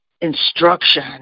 instruction